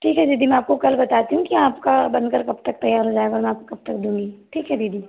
ठीक है दीदी मैं आपको कल बताती हूँ कि आपका बनकर कब तक तैयार हो जाएगा मैं आपको कब तक दूँगी ठीक है दीदी